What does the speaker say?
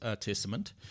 Testament